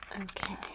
Okay